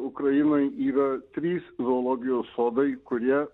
ukrainoj yra trys zoologijos sodai kurie